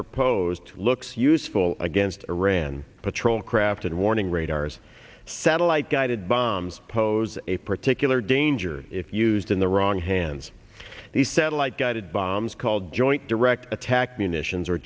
proposed looks useful against iran patrol craft and warning radars satellite guided bombs pose a particular danger if used in the wrong hands the satellite guided bombs called joint direct attack munitions or